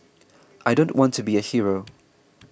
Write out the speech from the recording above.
I don't want to be a hero